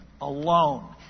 alone